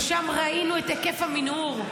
ושם ראינו את היקף המנהור.